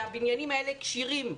שהבניינים האלה כשירים.